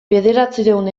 bederatziehun